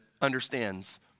understands